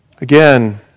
Again